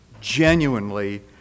genuinely